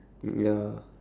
mm ya